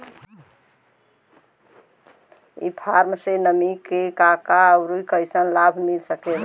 ई कॉमर्स से हमनी के का का अउर कइसन लाभ मिल सकेला?